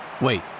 Wait